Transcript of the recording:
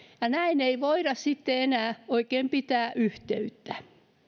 ja näin ei voida sitten enää oikein pitää yhteyttä